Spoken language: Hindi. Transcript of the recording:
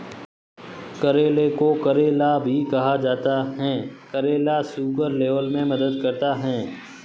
करेले को करेला भी कहा जाता है करेला शुगर लेवल में मदद करता है